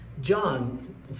John